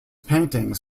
paintings